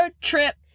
trip